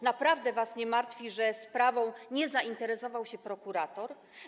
Naprawdę was nie martwi, że sprawą nie zainteresował się prokurator?